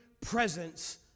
presence